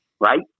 Right